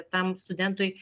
tam studentui